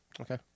Okay